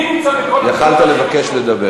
מי נמצא בכל הפיגועים, יכולת לבקש לדבר.